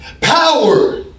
power